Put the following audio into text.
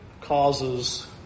causes